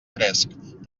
fresc